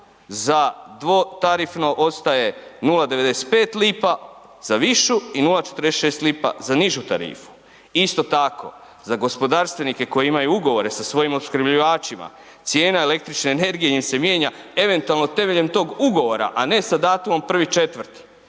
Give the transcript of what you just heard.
za dvotarifno ostaje 0,95 lipa za višu i 0,46 lipa za nižu tarifu. Isto tako za gospodarstvenike koji imaju ugovore sa svojim opskrbljivačima cijena električne energije im se mijenja eventualno temeljem tog ugovora, a ne sa datumom 1.4., niti